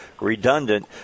redundant